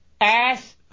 ass